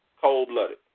cold-blooded